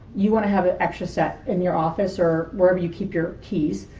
you want to have an extra set in your office or wherever you keep your keys.